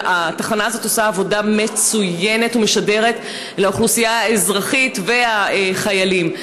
והתחנה הזאת עושה עבודה מצוינת ומשדרת לאוכלוסייה האזרחית והחיילים,